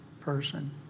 person